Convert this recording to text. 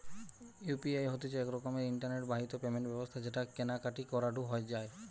UPI হতিছে এক রকমের ইন্টারনেট বাহিত পেমেন্ট ব্যবস্থা যেটাকে কেনা কাটি করাঢু যায়